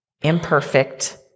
imperfect